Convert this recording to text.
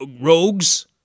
rogues